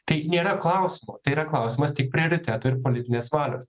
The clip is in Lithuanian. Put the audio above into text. tai nėra klausimo tai yra klausimas tik prioriteto ir politinės valios